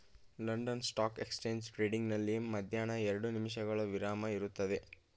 London stock exchange trading ನಲ್ಲಿ ಮಧ್ಯಾಹ್ನ ಎರಡು ನಿಮಿಷಗಳ ವಿರಾಮ ಇರುತ್ತದೆ